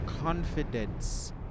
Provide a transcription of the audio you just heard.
confidence